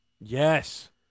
Yes